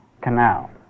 canal